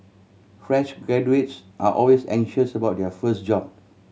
fresh graduates are always anxious about their first job